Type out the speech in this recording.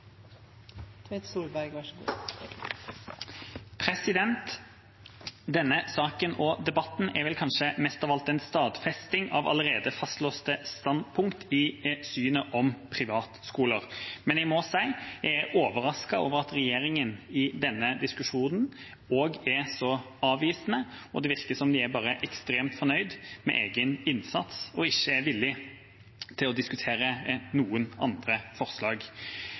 vel kanskje mest av alt en stadfesting av allerede fastlåste standpunkt i synet på privatskoler, men jeg må si jeg er overrasket over at regjeringa i denne diskusjonen også er så avvisende. Det virker som om de bare er ekstremt fornøyd med egen innsats og ikke er villig til å diskutere noen andre forslag.